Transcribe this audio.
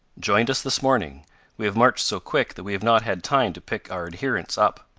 joined us this morning we have marched so quick that we have not had time to pick our adherents up.